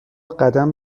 قدم